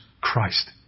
Christ